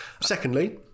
Secondly